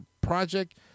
project